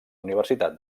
universitat